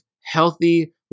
healthy